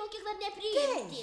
mokyklą nepriimti